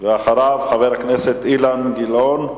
אחריו, חבר הכנסת אילן גילאון.